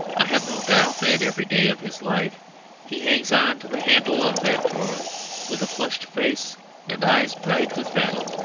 i have no doubt that every day of his life he hangs on to the handle of that drawer with a flushed face and eyes bright with battle,